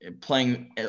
playing